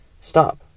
Stop